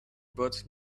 bought